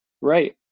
right